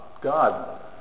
God